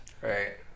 Right